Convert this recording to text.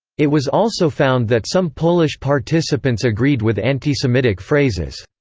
it was also found that some polish participants agreed with antisemitic phrases.